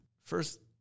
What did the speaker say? First